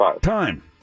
Time